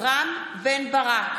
רם בן ברק,